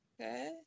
Okay